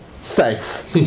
Safe